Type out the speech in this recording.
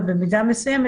ובמידה מסוימת,